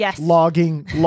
logging